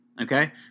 okay